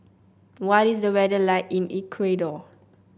what is the weather like in Ecuador